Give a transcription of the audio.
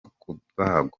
kubagwa